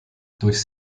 durchs